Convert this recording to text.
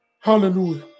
Hallelujah